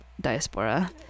diaspora